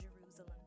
Jerusalem